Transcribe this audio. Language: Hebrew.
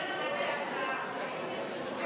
להלן תוצאות ההצבעה: 60 נגד,